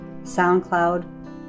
SoundCloud